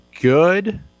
good